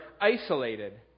isolated